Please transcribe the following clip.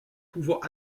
pouvant